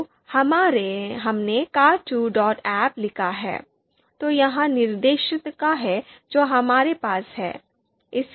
तो हमने car2ahp लिखा है यह वह निर्देशिका है जो हमारे पास है